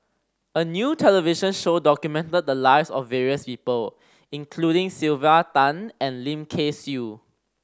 a new television show documented the lives of various people including Sylvia Tan and Lim Kay Siu